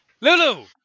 Lulu